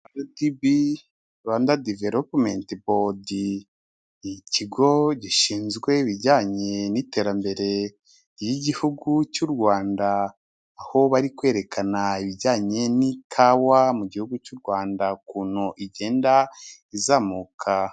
RDB Rwanda Development Board, ikigo gishinzwe ibijyanye n'iterambere ry'igihugu cy'u Rwanda, aho bari kwerekana ibijyanye n'ikawa mu gihugu cy'u Rwanda ukuntu igenda izamuka.